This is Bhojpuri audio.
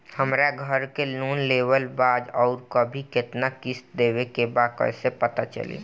हमरा घर के लोन लेवल बा आउर अभी केतना किश्त देवे के बा कैसे पता चली?